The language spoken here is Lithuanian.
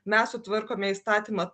mes sutvarkome įstatymą